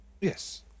Yes